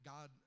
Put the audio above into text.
God